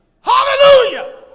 Hallelujah